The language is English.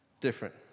different